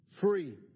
free